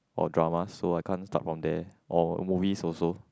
or dramas so I can't start from there or movies also